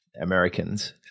Americans